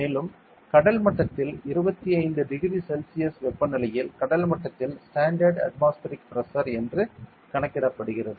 மேலும் கடல் மட்டத்தில் 25 டிகிரி செல்சியஸ் வெப்பநிலையில் கடல் மட்டத்தில் ஸ்டாண்டர்டு அட்மாஸ்பரிக் பிரஷர் என்று கணக்கிடப்படுகிறது